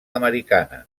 americana